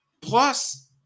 Plus